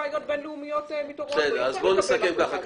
ראש היק"ר מוציא לכם מכתב שאם בעוד חודש אין תשובה זה ייראה כאישור.